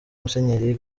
musenyeri